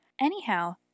Anyhow